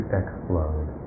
explode